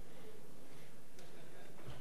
לא,